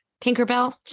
tinkerbell